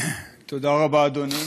תודה רבה, אדוני.